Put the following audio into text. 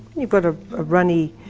you've got a runny